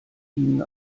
ihnen